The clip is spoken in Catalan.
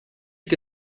que